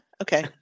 Okay